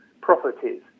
properties